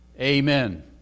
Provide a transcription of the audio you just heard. Amen